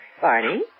Barney